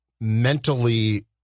mentally